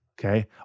Okay